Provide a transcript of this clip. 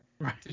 right